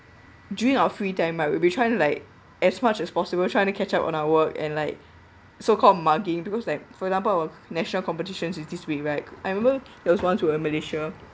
during our free time right we'll be trying to like as much as possible trying to catch up on our work and like so called mugging because like for example our national competition is this week right I remember it was one to uh malaysia